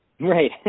Right